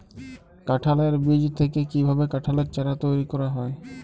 কাঁঠালের বীজ থেকে কীভাবে কাঁঠালের চারা তৈরি করা হয়?